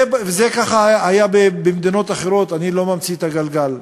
ככה זה היה במדינות אחרות, אני לא ממציא את הגלגל.